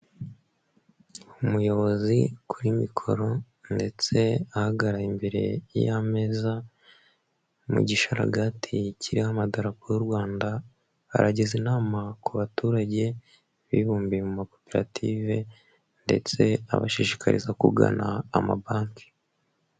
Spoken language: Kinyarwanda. Umuyobozi kuri mikoro ndetse ahagaraye imbere y'ameza mu gishagati kiriho amadarapo y'u Rwanda, arageza inama ku baturage bibumbiye mu makoperative ndetse abashishikariza kugana amabanki.